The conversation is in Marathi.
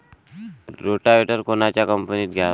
रोटावेटर कोनच्या कंपनीचं घ्यावं?